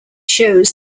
shows